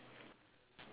no